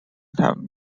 time